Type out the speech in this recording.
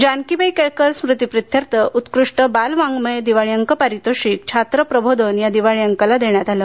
जानकीबाई केळकर स्मृतिप्रित्यर्थ उत्कृष्ट बालवाङ्वय दिवाळी अंक पारितोषिक छात्र प्रबोधन या दिवाळी अंकाला देण्यात आले